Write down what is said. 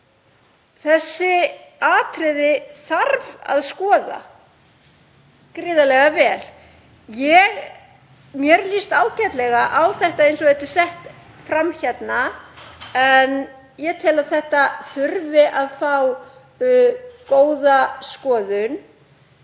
Þessi atriði þarf að skoða gríðarlega vel. Mér líst ágætlega á þetta eins og það er sett fram hérna en ég tel að þetta þurfi að fá góða skoðun.